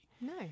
No